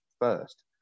first